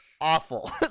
awful